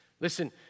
Listen